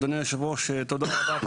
אדוני היושב-ראש, תודה רבה על